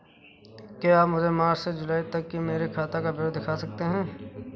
क्या आप मुझे मार्च से जूलाई तक की मेरे खाता का विवरण दिखा सकते हैं?